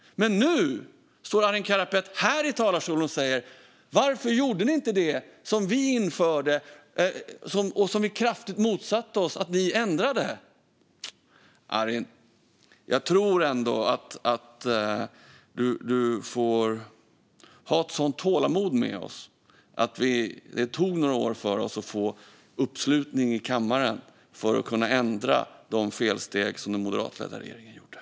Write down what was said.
Nu står dock Arin Karapet här i talarstolen och frågar: Varför gjorde ni inte det som vi kraftigt motsatte oss att ni skulle ändra? Jag tror ändå att du får ha tålamod med oss, Arin. Det tog några år för oss att få uppslutning i kammaren för att kunna ändra de felsteg som den moderatledda regeringen gjorde.